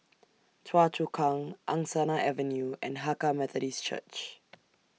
Choa Chu Kang Angsana Avenue and Hakka Methodist Church